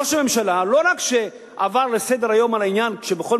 ראש הממשלה לא רק שעבר לסדר-היום על עניין שבכל